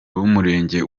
b’umurenge